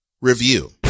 review